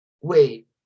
wait